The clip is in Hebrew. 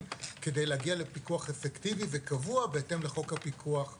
כדי להגיע לפיקוח אפקטיבי וקבוע בהתאם לחוק הפיקוח החדש.